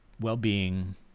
well-being